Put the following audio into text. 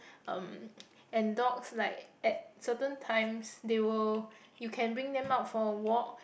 um and dogs like at certain times they will you can bring them out for a walk